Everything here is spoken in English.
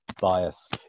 bias